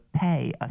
pay